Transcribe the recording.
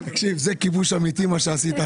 זה כיבוש אמיתי.